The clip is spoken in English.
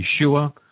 Yeshua